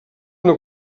una